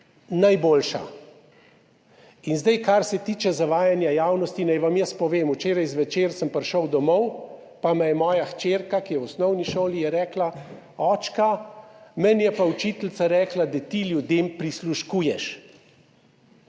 najboljša. In zdaj, kar se tiče zavajanja javnosti, naj vam jaz povem. Včeraj zvečer sem prišel domov, pa mi je moja hčerka, ki je v osnovni šoli, rekla: »Očka, meni je pa učiteljica rekla, da ti ljudem prisluškuješ.«